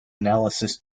analysis